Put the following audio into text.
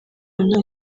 nta